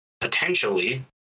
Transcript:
potentially